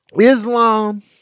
Islam